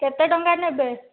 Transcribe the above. କେତେ ଟଙ୍କା ନେବେ